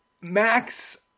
Max